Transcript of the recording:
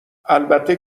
البته